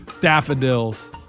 Daffodils